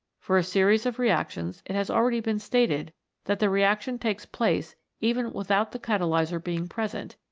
for a series of reactions it has already been stated that the reaction takes place even without the catalyser being present,